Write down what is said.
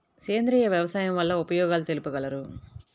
సేంద్రియ వ్యవసాయం వల్ల ఉపయోగాలు తెలుపగలరు?